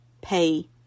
pay